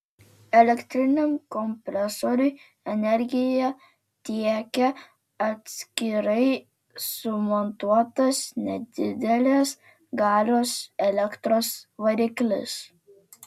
elektriniam kompresoriui energiją tiekia atskirai sumontuotas nedidelės galios elektros variklis